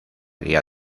guía